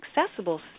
accessible